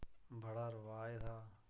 बड़ा रवाज़ हा